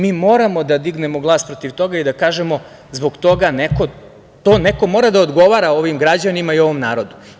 Mi moramo da dignemo glas protiv toga i da kažemo – zbog toga neko mora da odgovara ovim građanima i ovom narodu.